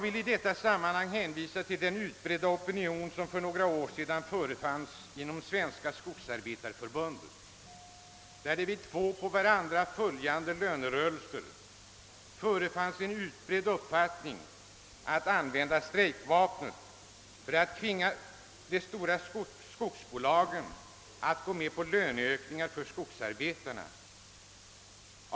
I detta sammanhang vill jag hänvisa till den opinion som för några år sedan fanns inom Svenska skogsarbetareförbundet, där det vid två på varandra följande lönerörelser fanns en utbredd uppfattning att man skulle använda strejkvapnet för att tvinga skogsbolagen att gå med på löneökningar för skogsarbetarna.